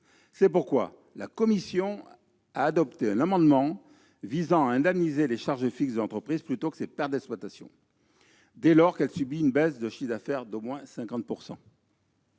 C'est pourquoi la commission a adopté un amendement visant à indemniser les charges fixes de l'entreprise, plutôt que ses pertes d'exploitation, dès lors qu'elle subit une baisse de chiffre d'affaires, ou